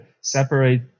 separate